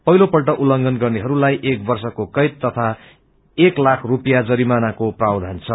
पहिलो पल्ट उल्लघंन गर्नेहरूलाई एक वर्षको कैद तथा एक लाख रूपियाँ जरिमानको प्रावधान छ